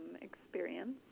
experience